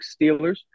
Steelers